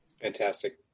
Fantastic